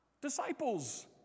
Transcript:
disciples